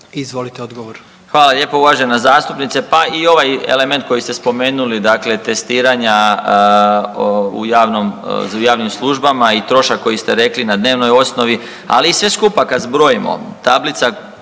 **Marić, Zdravko** Hvala lijepo uvažena zastupnice. Pa i ovaj element koji ste spomenuli dakle testiranja u javnom u javnim službama i trošak koji ste rekli na dnevnoj osnovi, ali sve skupa kad zbrojimo,